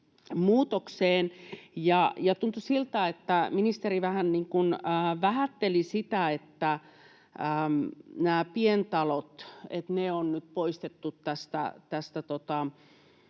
Tuntui siltä, että ministeri vähän niin kuin vähätteli sitä, että pientalot on nyt poistettu tästä